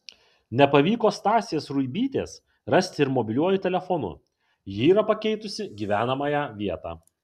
nepavyko stasės ruibytės rasti ir mobiliuoju telefonu ji yra pakeitusi gyvenamąją vietą